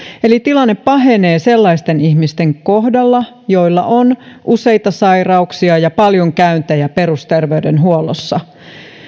eli tilanne pahenee sellaisten ihmisten kohdalla joilla on useita sairauksia ja paljon käyntejä perusterveydenhuollossa